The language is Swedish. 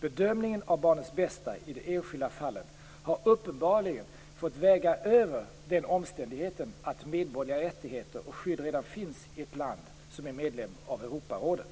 Bedömningen av barnets bästa i det enskilda fallet har uppenbarligen fått väga över den omständigheten att medborgerliga rättigheter och skydd redan finns i ett land som är medlem i Europarådet.